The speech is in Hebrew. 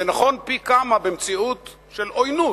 זה נכון פי-כמה במציאות של עוינות,